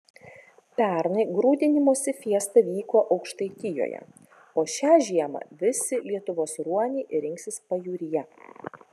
pernai grūdinimosi fiesta vyko aukštaitijoje o šią žiemą visi lietuvos ruoniai rinksis pajūryje